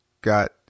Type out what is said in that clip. got